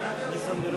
שכנעתי אותך?